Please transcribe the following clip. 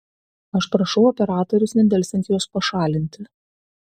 aš prašau operatorius nedelsiant juos pašalinti